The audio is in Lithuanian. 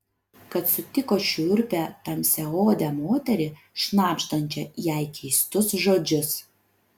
kad sutiko šiurpią tamsiaodę moterį šnabždančią jai keistus žodžius